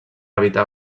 evitar